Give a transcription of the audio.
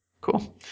Cool